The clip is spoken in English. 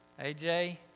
AJ